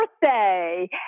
birthday